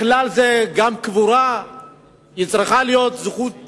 בכלל זה גם קבורה צריכה להיות זכות